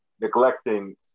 neglecting